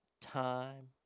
time